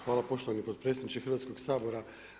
Hvala poštovani potpredsjedniče Hrvatskog sabora.